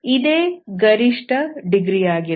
ಇದೇ ಗರಿಷ್ಠ ಡಿಗ್ರಿಯಾಗಿರಬಹುದು